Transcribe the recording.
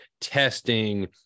testing